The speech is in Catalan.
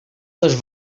les